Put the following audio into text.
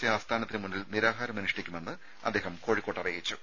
C ആസ്ഥാനത്തിന് മുന്നിൽ നിരാഹാരം അനുഷ്ഠിക്കുമെന്നും അദ്ദേഹം കോഴിക്കോട്ട് അറിയിച്ചു